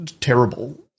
terrible